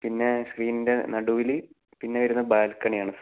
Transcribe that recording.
പിന്നെ സ്ക്രീനിൻ്റെ നടുവില് പിന്നെ വരുന്ന ബാൽക്കണിയാണ് സർ